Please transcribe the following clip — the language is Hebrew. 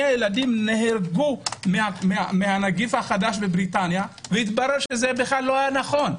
ילדים נהרגו מהנגיף החדש בבריטניה והתברר שזה כלל לא היה נכון.